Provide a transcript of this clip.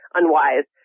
unwise